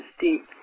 deep